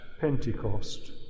Pentecost